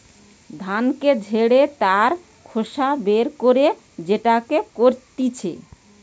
ধানকে ঝেড়ে তার খোসা বের করে যেটা করতিছে